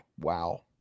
Wow